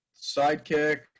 sidekick